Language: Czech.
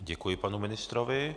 Děkuji panu ministrovi.